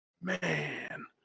man